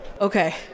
Okay